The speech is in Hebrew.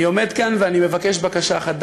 אני עומד כאן ואני מבקש בקשה אחת,